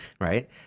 Right